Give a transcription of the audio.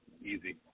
easy